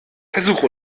versuch